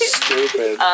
stupid